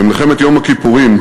במלחמת יום הכיפורים,